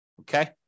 Okay